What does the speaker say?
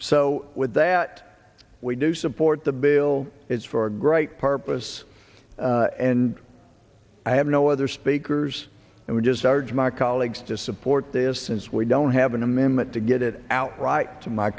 so with that we do support the bill it's for a great purpose and i have no other speakers and we're just average my colleagues to support this since we don't have an amendment to get it out right to my